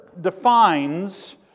defines